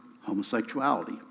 homosexuality